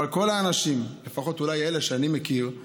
אבל כל האנשים, לפחות אולי אלה שאני מכיר,